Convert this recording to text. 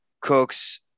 Cooks